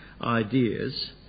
ideas